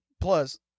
Plus